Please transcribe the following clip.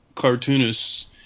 cartoonists